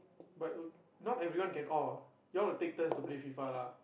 but oh not everyone can orh you all will take turns to play FIFA lah